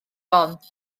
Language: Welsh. bont